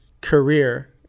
career